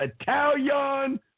Italian